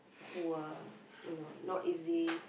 who are you know not easy